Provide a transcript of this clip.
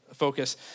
focus